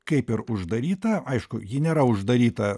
kaip ir uždaryta aišku ji nėra uždaryta